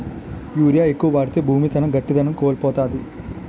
urea ఎక్కువ వాడితే భూమి తన గట్టిదనం కోల్పోతాది